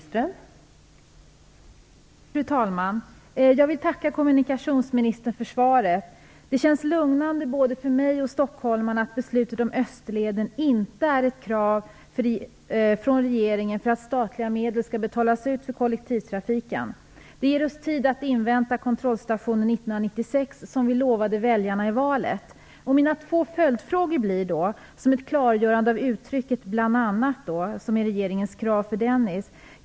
Fru talman! Jag vill tacka kommunikationsministern för svaret. Det känns lugnande både för mig och Stockholmarna att beslutet om Österleden inte är ett krav från regeringen för att statliga medel skall betalas ut för kollektivtrafiken. Det ger oss tid att invänta kontrollstationen år 1996, som vi lovade väljarna i valet. Mina två följdfrågor gäller ett klargörande av uttrycket "bl.a.", som är regeringens krav för Dennisöverenskommelsen.